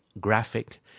graphic